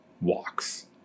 walks